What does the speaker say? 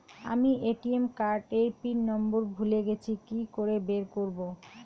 আমি ATM card এর PIN number ভুলে গেছি কি করে বের করব?